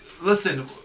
Listen